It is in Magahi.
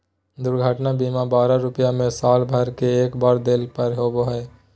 दुर्घटना बीमा बारह रुपया में साल भर में एक बार देला पर होबो हइ